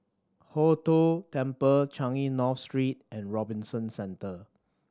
Hong Tho Temple Changi North Street and Robinson Centre